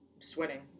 Sweating